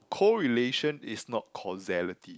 correlation is not causality